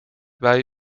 bij